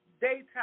daytime